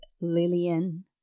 Lillian